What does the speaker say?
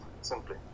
simply